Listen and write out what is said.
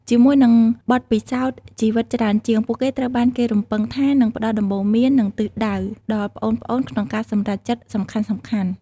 ជាមួយនឹងបទពិសោធន៍ជីវិតច្រើនជាង ពួកគេត្រូវបានគេរំពឹងថានឹង ផ្ដល់ដំបូន្មាន និងទិសដៅ ដល់ប្អូនៗក្នុងការសម្រេចចិត្តសំខាន់ៗ។